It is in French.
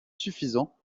suffisant